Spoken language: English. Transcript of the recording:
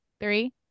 Three